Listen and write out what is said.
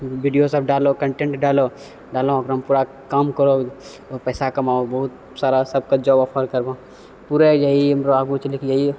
वीडिओसब डालो कन्टेन्ट डालो डालो ओकरामे पूरा काम करो आओर पैसा कमाओ बहुत सारा सबके जॉब ऑफर करबऽ पूरा इएह हमरा आगू चलिके इएह